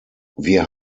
wir